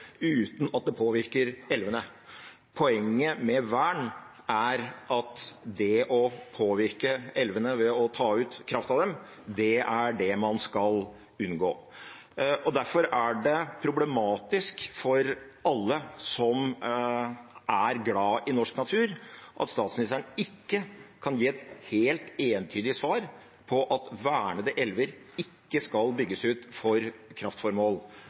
uten at det påvirker elvene. Poenget med vern er at det å påvirke elvene ved å ta ut kraft av dem, er det man skal unngå. Derfor er det problematisk for alle som er glad i norsk natur, at statsministeren ikke kan gi et helt entydig svar om at vernede elver ikke skal bygges ut for kraftformål.